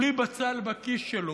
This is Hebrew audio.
בלי בצל בכיס שלו,